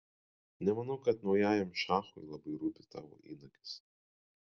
nemanau kad naujajam šachui labai rūpi tavo įnagis